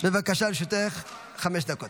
בבקשה, לרשותך חמש דקות.